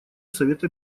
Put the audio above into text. совета